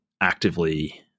actively